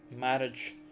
marriage